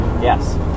Yes